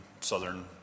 southern